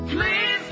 Please